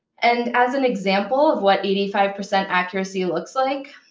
and as an example of what eighty five percent accuracy looks like,